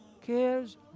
cares